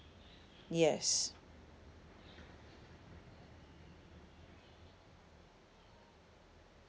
yes